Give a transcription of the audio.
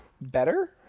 better